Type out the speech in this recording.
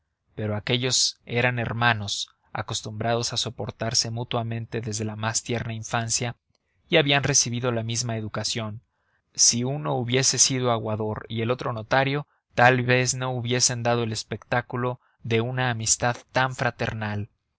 pero aquéllos eran hermanos acostumbrados a soportarse mutuamente desde la más tierna infancia y habían recibido la misma educación si uno hubiese sido aguador y el otro notario tal vez no hubiesen dado el espectáculo de una amistad tan fraternal